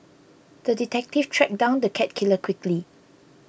the detective tracked down the cat killer quickly